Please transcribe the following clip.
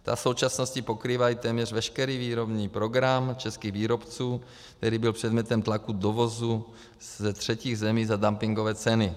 Ta v současnosti pokrývají téměř veškerý výrobní program českých výrobců, který byl předmětem tlaku dovozu ze třetích zemí za dumpingové ceny.